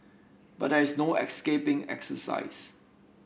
but there is no escaping exercise